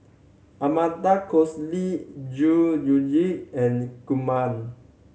Amanda Koes Lee Zhuye and Kumar